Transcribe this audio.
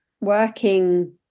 working